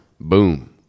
boom